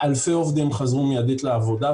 ואלפי עובדים חזרו מידית לעבודה,